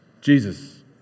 Jesus